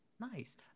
Nice